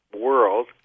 world